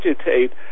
agitate